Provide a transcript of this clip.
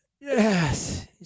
yes